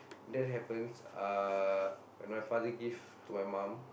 that happens uh when my father give to my mum